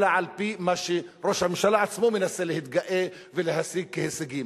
אלא על-פי מה שראש הממשלה מנסה להתגאות ולהציג כהישגים.